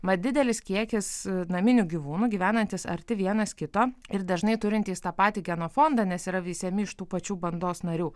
mat didelis kiekis naminių gyvūnų gyvenantys arti vienas kito ir dažnai turintys tą patį genofondą nes yra veisiami iš tų pačių bandos narių